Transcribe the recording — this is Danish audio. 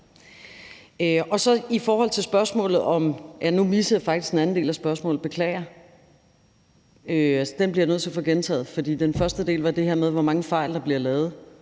Der er 1 pct. fejl. Nu missede jeg faktisk den anden del af spørgsmålet – beklager. Den bliver jeg nødt til at få gentaget, for den første del var det her med, hvor mange fejl der bliver lavet.